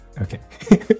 okay